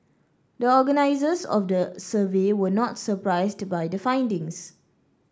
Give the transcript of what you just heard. the organisers of the survey were not surprised by the findings